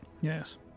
Yes